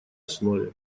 основе